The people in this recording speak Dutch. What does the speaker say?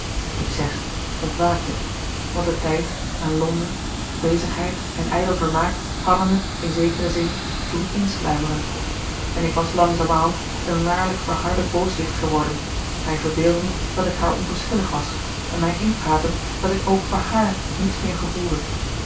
ik zeg ontwaakte want de tijd en londen bezigheid en ijdel vermaak hadden het in zekeren zin doen insluimeren en ik was langzamerhand een waarlijk verharde booswicht geworden mij verbeeldend dat ik haar onverschillig was en mij inpratend dat ik ook voor haar niets meer gevoelde